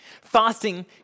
fasting